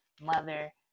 mother